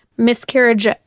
miscarriage